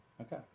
Okay